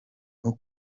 uwo